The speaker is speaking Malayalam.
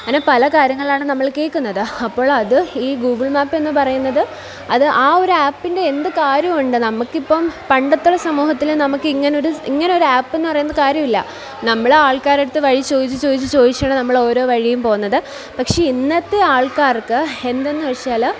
അങ്ങനെ പല കാര്യങ്ങളാണ് നമ്മൾ കേൾക്കുന്നത് അപ്പോൾ അത് ഈ ഗൂഗിൾ മാപ്പെന്ന് പറയുന്നത് അത് ആ ഒരു ആപ്പിൻ്റെ എന്ത് കാര്യമുണ്ട് നമ്മൾക്ക് ഇപ്പം പണ്ടത്തെ സമൂഹത്തിലെ നമുക്ക് ഇങ്ങനെ ഒരു ഇങ്ങനെ ഒരു ആപ്പെന്ന് പറയുന്നത് കാര്യമില്ല നമ്മൾ ആൾക്കാരുടെ അടുത്ത് വഴി ചോദിച്ചു ചോദിച്ച് ചോദിച്ചാണ് നമ്മൾ ഓരോ വഴിയും പോകുന്നത് പക്ഷേ ഇന്നത്തെ ആൾക്കാർക്ക് എന്തെന്ന് വച്ചാൽ